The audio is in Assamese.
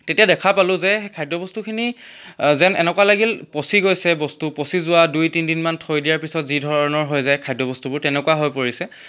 তেতিয়া দেখা পালোঁ যে খাদ্য বস্তুখিনি যেন এনেকুৱা লাগিল পঁচি গৈছে বস্তু পঁচি যোৱা দুই তিনিদিনমান থৈ দিয়া পিছত যি ধৰণৰ হৈ যায় খাদ্যবস্তুবোৰ তেনেকুৱা হৈ পৰিছে